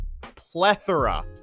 plethora